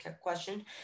question